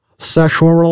sexual